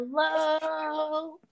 hello